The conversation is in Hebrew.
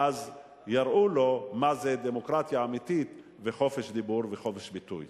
ואז יראו לו מה זו דמוקרטיה אמיתית וחופש דיבור וחופש ביטוי.